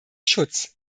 schutz